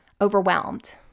overwhelmed